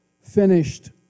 finished